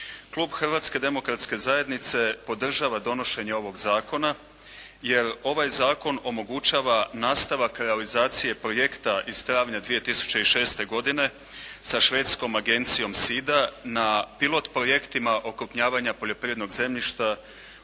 Klub Hrvatske demokratske zajednice podržava donošenje ovog zakona jer ovaj zakon omogućava nastavak realizacije projekta iz travnja 2006. godine sa švedskom agencijom Sida na pilot projektima okrupnjavanja poljoprivrednog zemljišta